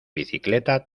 bicicleta